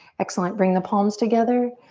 excellent, bring the palms together.